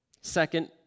Second